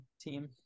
team